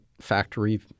factory